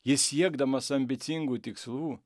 jis siekdamas ambicingų tikslų